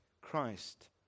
Christ